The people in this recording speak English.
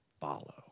follow